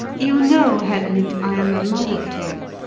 you know, helen, i am a mother to you.